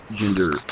gender